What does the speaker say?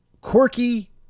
quirky